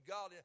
God